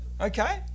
Okay